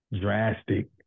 drastic